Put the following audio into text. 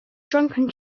drunken